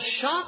shock